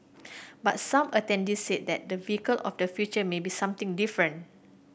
but some attendees said that the vehicle of the future may be something different